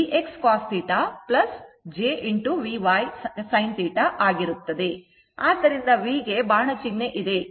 ಆದ್ದರಿಂದ v ಗೆ ಬಾಣ ಚಿಹ್ನೆ ಇರುತ್ತದೆ